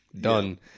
done